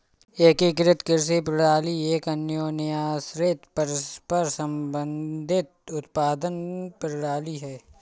एकीकृत कृषि प्रणाली एक अन्योन्याश्रित, परस्पर संबंधित उत्पादन प्रणाली है